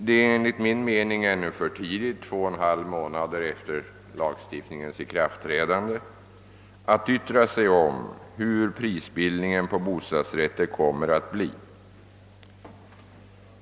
Det är enligt min mening ännu för tidigt — 2!/2 månader efter lagstiftningens ikraftträdande — att yttra sig om hur prisbildningen på bostadsrätter kommer att bli.